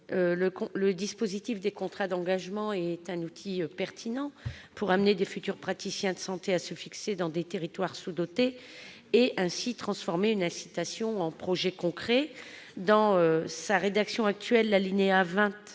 n° 298. Les contrats d'engagement sont un outil pertinent pour conduire des futurs praticiens de santé à se fixer dans des territoires sous-dotés, et ainsi transformer une incitation en projet concret. Dans sa rédaction actuelle, l'alinéa 20